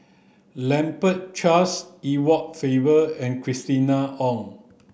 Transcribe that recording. Lambert Charles Edward Faber and Christina Ong